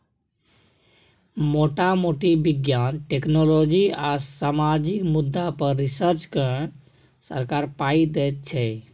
मोटा मोटी बिज्ञान, टेक्नोलॉजी आ सामाजिक मुद्दा पर रिसर्च केँ सरकार पाइ दैत छै